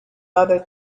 other